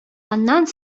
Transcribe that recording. аннан